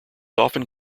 often